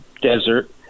desert